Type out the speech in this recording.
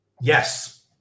Yes